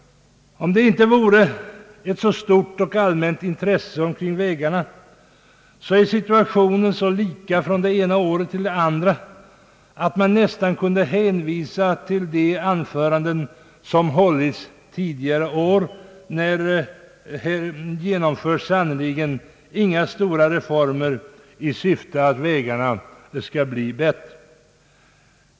Om det inte rådde ett så omfattande intresse för dessa frågor kunde man nöja sig med att påpeka att situationen från det ena året till det andra är så likartad att man nästan skulle kunna inskränka sig till att hänvisa till anföranden tidigare år. Här genomförs sannerligen inga stora reformer för att vägarna skall bli bättre.